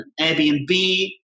Airbnb